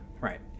Right